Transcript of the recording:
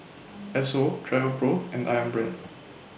Esso Travelpro and Ayam Brand